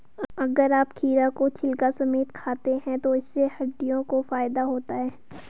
अगर आप खीरा को छिलका समेत खाते हैं तो इससे हड्डियों को फायदा होता है